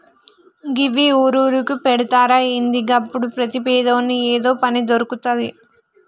గివ్వి ఊరూరుకు పెడ్తరా ఏంది? గప్పుడు ప్రతి పేదోని ఏదో పని దొర్కుతది